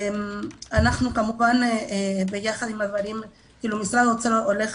אנחנו כמובן נסייע משרד האוצר הולך